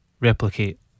replicate